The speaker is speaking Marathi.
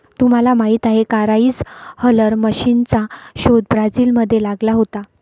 तुम्हाला माहीत आहे का राइस हलर मशीनचा शोध ब्राझील मध्ये लागला होता